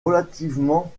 relativement